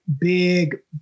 big